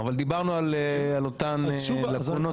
אבל דיברנו על אותן לקונות.